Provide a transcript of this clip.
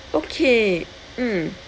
okay mm